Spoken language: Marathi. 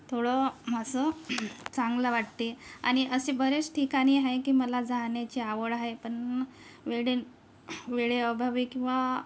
थोडं म असं चांगलं वाटते आणि असे बरेच ठिकाणे आहे की मला जाण्याची आवड आहे पण वेळे वेळेअभावी किंवा